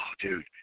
dude